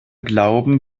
glauben